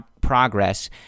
progress